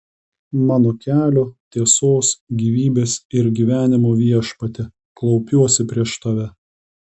mano kelio tiesos gyvybės ir gyvenimo viešpatie klaupiuosi prieš tave